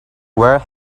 where